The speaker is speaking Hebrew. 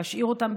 להשאיר אותם,